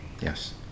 Yes